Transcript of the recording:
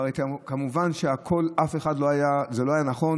והרי כמובן שזה לא היה נכון,